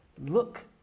look